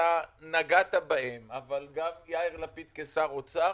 אתה נגעת בהם, אבל גם יאיר לפיד כשר אוצר,